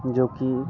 जोकि